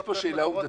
יש פה שאלה עובדתית,